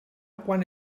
quan